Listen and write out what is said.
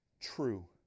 true